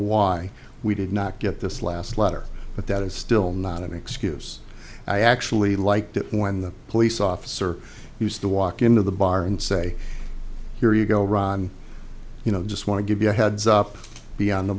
why we did not get this last letter but that is still not an excuse i actually liked it when the police officer used to walk into the bar and say here you go ron you know just want to give you a heads up be on the